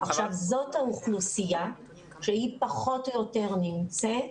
זאת האוכלוסייה שהיא פחות או יותר נמצאת